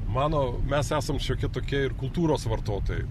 mano mes esam šiokie tokie ir kultūros vartotojai